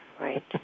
Right